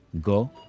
Go